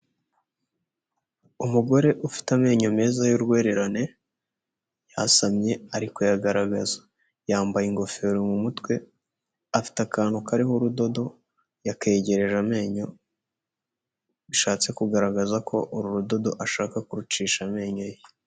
Umugore ufite amenyo meza y'urwererane yasamye ariko yagaragaza, yambaye ingofero mu mutwe, afite akantu kariho urudodo yakegereje amenyo bishatse kugaragaza ko uru rudodo ashaka kurucisha amenyo ye.